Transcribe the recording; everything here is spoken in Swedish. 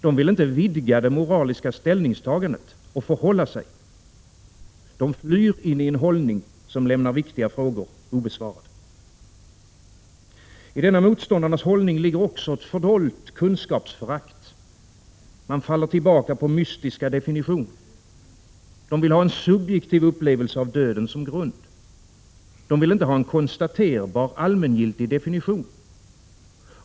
De vill inte vidga det moraliska ställningstagandet och förhålla sig. De flyr in i en hållning som lämnar viktiga frågor obesvarade. I denna motståndarnas hållning ligger också fördolt ett kunskapsförakt. De faller tillbaka på mystiska definitioner. De vill ha en subjektiv upplevelse av döden som grund. De vill inte ha en konstaterbar allmängiltig definition.